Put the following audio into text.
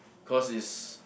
cause is